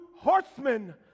horsemen